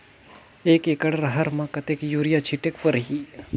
एक एकड रहर म कतेक युरिया छीटेक परही?